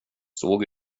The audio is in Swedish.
såg